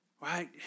Right